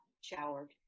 showered